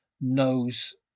knows